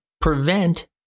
prevent